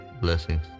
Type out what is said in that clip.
blessings